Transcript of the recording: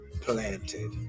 planted